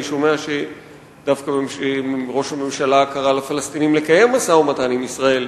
אני שומע שדווקא ראש הממשלה קרא לפלסטינים לקיים משא-ומתן עם ישראל.